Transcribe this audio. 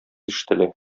ишетелә